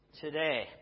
today